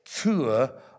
tour